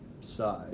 side